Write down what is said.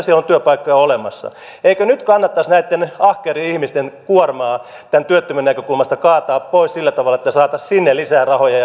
siellä on työpaikkoja olemassa eikö nyt kannattaisi näitten ahkerien ihmisten kuormaa tämän työttömän näkökulmasta kaataa pois sillä tavalla että saataisiin sinne lisää rahoja